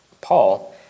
Paul